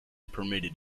permitted